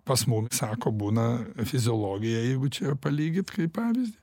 pas mum sako būna fiziologija jeigu čia palygint kaip pavyzdį